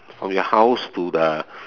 from your house to the